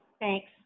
Thanks